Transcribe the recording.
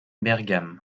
bergam